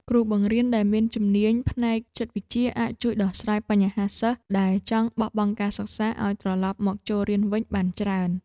គ្រូបង្រៀនដែលមានជំនាញផ្នែកចិត្តវិទ្យាអាចជួយដោះស្រាយបញ្ហាសិស្សដែលចង់បោះបង់ការសិក្សាឱ្យត្រឡប់មកចូលរៀនវិញបានច្រើន។